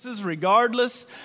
Regardless